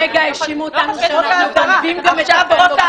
לפני רגע האשימו אותנו שאנחנו גונבים גם את הפורנוגרפיה.